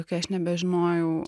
kai aš nebežinojau